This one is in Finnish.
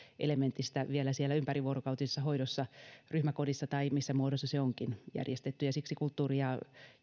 elementistä vielä siellä ympärivuorokautisessa hoidossa ryhmäkodissa tai missä muodossa se onkin järjestetty ja siksi kulttuuri ja